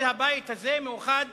כל הבית הזה מאוחד